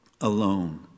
alone